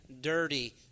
dirty